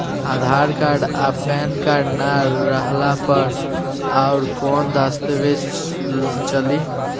आधार card आ PAN card ना रहला पर अउरकवन दस्तावेज चली?